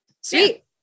sweet